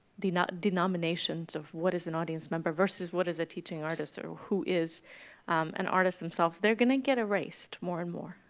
the denominations of what is an audience member versus what is a teaching artist, or who is an artist themselves, they're going to get erased more and more,